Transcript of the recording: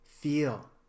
Feel